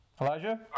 Elijah